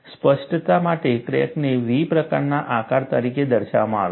સ્પષ્ટતા માટે ક્રેકને V પ્રકારના આકાર તરીકે દર્શાવવામાં આવે છે